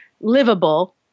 livable